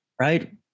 right